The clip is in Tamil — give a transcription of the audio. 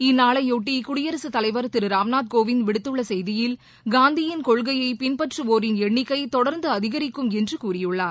இந்நாளையொட்டி குடியரசு தலைவர் திரு ராம்நாத் கோவிந்த் விடுத்துள்ள செய்தியில் காந்தியின் கொள்கையை பின்பற்றுவோரின் எண்ணிக்கை தொடர்ந்து அதிகரிக்கும் என்று கூறியுள்ளார்